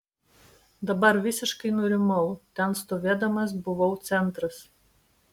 dabar visiškai nurimau ten stovėdamas buvau centras